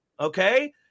okay